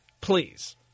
Please